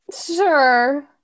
sure